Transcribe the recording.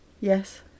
Yes